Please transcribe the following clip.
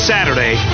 Saturday